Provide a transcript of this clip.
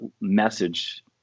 message